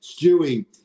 stewie